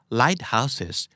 lighthouses